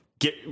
get